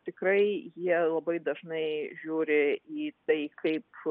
tikrai jie labai dažnai žiūri į tai kaip